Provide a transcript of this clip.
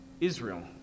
Israel